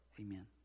Amen